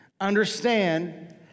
understand